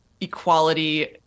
equality